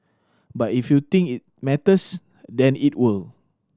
but if you think it matters then it will